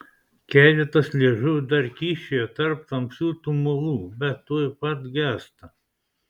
keletas liežuvių dar kyščioja tarp tamsių tumulų bet tuoj pat gęsta